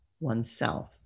oneself